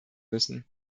müssen